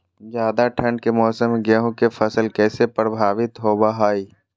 ज्यादा ठंड के मौसम में गेहूं के फसल कैसे प्रभावित होबो हय?